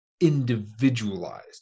individualized